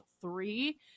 three